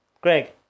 Greg